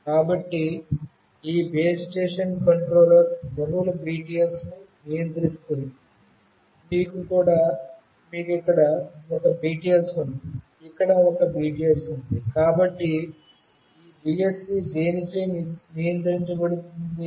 కాబట్టి ఈ base station controller బహుళ BTS ని నియంత్రిస్తుంది మీకు ఇక్కడ ఒక BTS ఉంది ఇక్కడ ఒక BTS ఉంది కాబట్టి మీరు చూడ గలరు ఇది ఈ BSC చేత నియంత్రించబడుతుందని